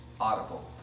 Audible